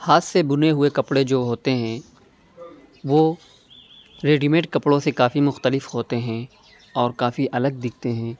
ہاتھ سے بُنے ہوئے کپڑے جو ہوتے ہیں وہ ریڈی میڈ کپڑوں سے کافی مختلف ہوتے ہیں اور کافی الگ دکھتے ہیں